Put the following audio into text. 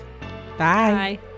Bye